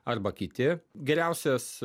arba kiti geriausias